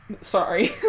sorry